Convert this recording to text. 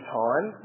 time